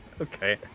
Okay